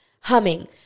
humming